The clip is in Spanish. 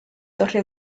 torre